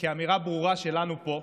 כאמירה ברורה שלנו פה,